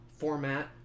format